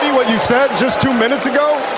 and what you said just two minutes ago,